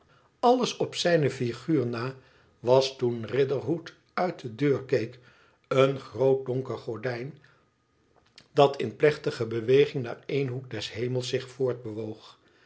alles op zijne figuur na was toen riderhood uit de deur keek een groot donker gordijn dat in plechtige beweging naar één hoek des hemels zich voortbewoog